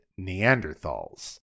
Neanderthals